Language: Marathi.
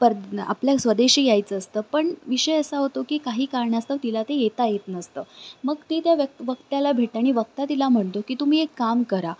पर आपल्या स्वदेशी यायचं असतं पण विषय असा होतो की काही कारणास्तव तिला ते येता येत नसतं मग ती त्या व्यक्त वक्त्याला भेट आणि वक्ता तिला म्हणतो की तुम्ही एक काम करा